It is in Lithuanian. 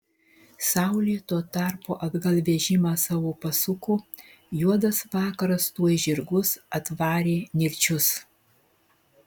saulė tuo tarpu atgal vežimą savo pasuko juodas vakaras tuoj žirgus atvarė nirčius